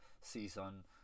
season